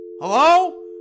Hello